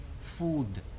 food